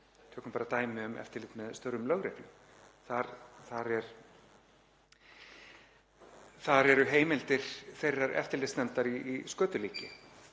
Tökum bara dæmi um eftirlit með störfum lögreglu. Þar eru heimildir þeirrar eftirlitsnefndar í skötulíki.